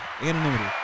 anonymity